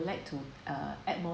like to uh add more